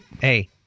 Hey